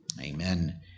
Amen